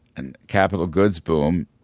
and capital goods boom,